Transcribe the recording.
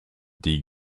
dee